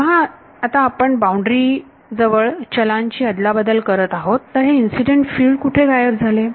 जेव्हा आता आपण बाउंड्री जवळ चलांची अदलाबदल करत आहोत तर हे इन्सिडेंट फिल्ड कुठे गायब झाले